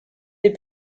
des